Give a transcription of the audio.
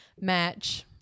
match